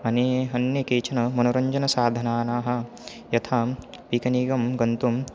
अने अन्ये केचन मनोरञ्जनसाधनानि यथा पीकनीगं गन्तुम्